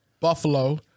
buffalo